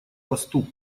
посту